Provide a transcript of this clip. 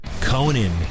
conan